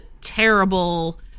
terrible